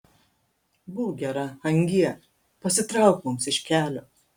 būk gera angie pasitrauk mums iš kelio